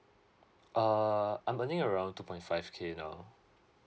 uh I'm earning around two point five K now